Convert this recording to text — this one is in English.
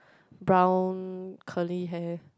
brown curly hair